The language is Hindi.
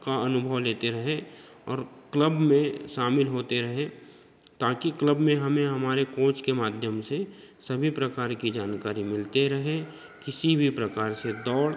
का अनुभव लेते रहें और क्लब में शामिल होते रहें ताकी क्लब में हमें हमारे कोंच के माध्यम से सभी प्रकार की जानकारी मिलते रहें किसी भी प्रकार से दौड़